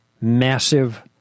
massive